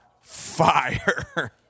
fire